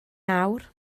nawr